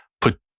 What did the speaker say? put